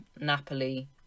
Napoli